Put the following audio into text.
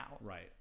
Right